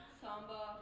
samba